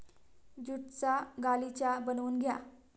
ज्यूटचा गालिचा बनवून घ्या